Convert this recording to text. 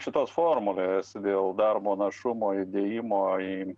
šitos formulės dėl darbo našumo įdėjimo į